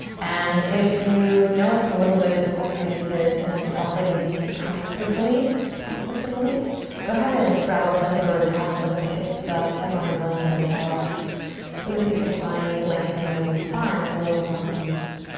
and if you know it's a little bit difficult for you to sit in this cross legged seat comfortably, go ahead and and grab a blanket or a towel and lift the hips up, sit on your blanket or towel so that you can length in the spine with a little more ease.